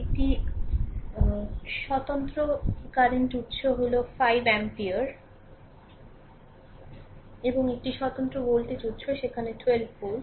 একটি স্বতন্ত্র কারেন্ট উত্স হল 4 এম্পিয়ার এবং একটি স্বতন্ত্র ভোল্টেজ উত্স সেখানে 12 ভোল্ট